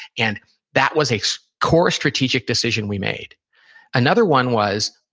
and that was a so core strategic decision we made another one was,